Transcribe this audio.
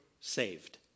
saved